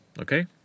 okay